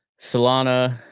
solana